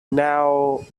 now